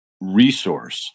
resource